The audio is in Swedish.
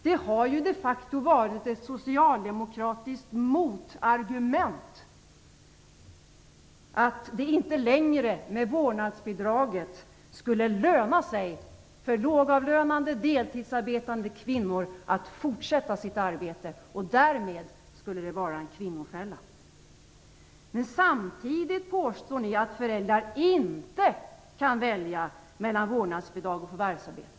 Det har ju de facto varit ett socialdemokratiskt motargument att det med vårdnadsbidraget inte längre skulle löna sig för lågavlönade deltidsarbetande kvinnor att fortsätta sitt arbete. Därmed skulle vårdnadsbidraget vara en kvinnofälla. Samtidigt påstår ni att föräldrar inte kan välja mellan vårdnadsbidrag och förvärvsarbete.